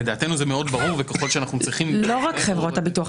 לדעתנו זה מאוד ברור --- לא רק חברות הביטוח,